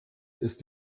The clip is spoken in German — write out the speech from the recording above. ist